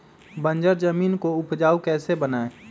बंजर जमीन को उपजाऊ कैसे बनाय?